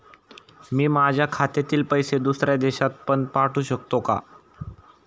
मी माझ्या खात्यातील पैसे दुसऱ्या देशात पण पाठवू शकतो का?